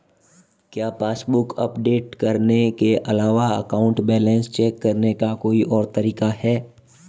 क्या passbook update करने के अलावा अकाउंट बैलेंस चेक करने का कोई और तरीका है?